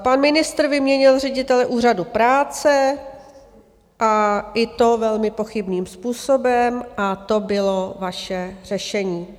Pan ministr vyměnil ředitele Úřadu práce, a i to velmi pochybným způsobem, a to bylo vaše řešení.